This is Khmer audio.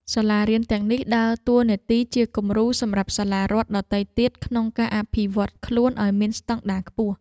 សាលារៀនទាំងនេះដើរតួនាទីជាគំរូសម្រាប់សាលារដ្ឋដទៃទៀតក្នុងការអភិវឌ្ឍន៍ខ្លួនឱ្យមានស្តង់ដារខ្ពស់។